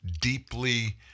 deeply